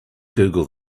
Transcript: google